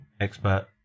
expert